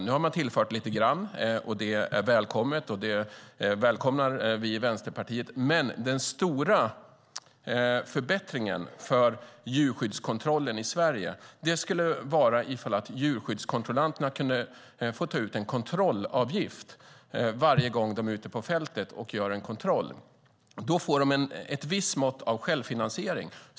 Nu har man tillfört lite grann, och det välkomnar vi i Vänsterpartiet. Men den stora förbättringen för djurskyddskontrollen i Sverige skulle vara ifall djurskyddskontrollanterna kunde få ta ut en kontrollavgift varje gång de är ute på fältet och gör en kontroll. Då skulle de få ett visst mått av självfinansiering.